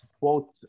quote